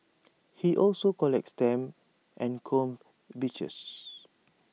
he also collects stamps and combs beaches